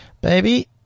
Baby